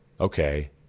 okay